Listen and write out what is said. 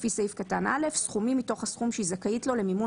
לפי סעיף קטן (א) סכומים מתוך הסכום שהיא זכאית לו למימון